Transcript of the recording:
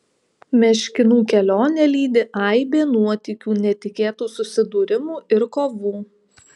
meškinų kelionę lydi aibė nuotykių netikėtų susidūrimų ir kovų